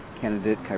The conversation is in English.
candidate